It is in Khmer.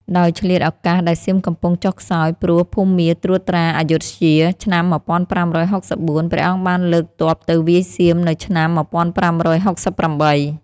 ដោយឆ្លៀតឱកាសដែលសៀមកំពុងចុះខ្សោយព្រោះភូមាត្រួតត្រាអយុធ្យា (ឆ្នាំ ១៥៦៤) ព្រះអង្គបានលើកទ័ពទៅវាយសៀមនៅឆ្នាំ ១៥៦៨។